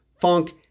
funk